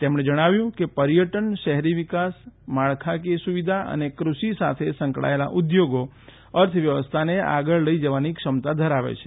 તેમણે જણાવ્યું કે પર્યટન શહેરી વિકાસ માળખાકીય સુવિધા અને કૃષિ સાથે સંકળાયેલ ઉદ્યોગો અર્થવ્યવસ્થાને આગળ લઈ જવાની ક્ષમતા ધરાવે છે